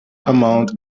amount